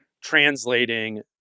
translating